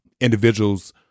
individuals